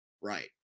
Right